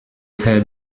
herr